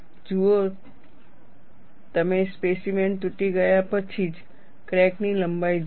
જુઓ તમે સ્પેસીમેન તૂટી ગયા પછી જ ક્રેક ની લંબાઈ જોશો